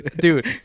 dude